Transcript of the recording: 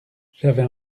j’avais